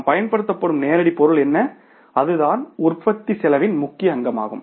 நாம் பயன்படுத்தும் நேரடி பொருள் என்ன அதுதான் உற்பத்தி செலவின் முக்கிய அங்கமாகும்